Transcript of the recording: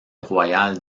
royal